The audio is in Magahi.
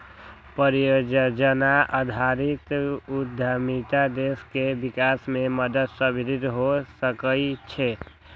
परिजोजना आधारित उद्यमिता देश के विकास में मदद साबित हो सकइ छै